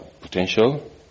potential